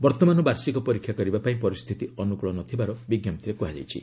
ବର୍ତ୍ତମାନ ବାର୍ଷିକ ପରୀକ୍ଷା କରିବା ପାଇଁ ପରିସ୍ଥିତି ଅନୁକୂଳ ନ ଥିବାର ବିଜ୍ଞପ୍ତିରେ କୁହାଯାଇଛି